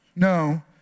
No